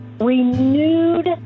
renewed